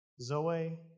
Zoe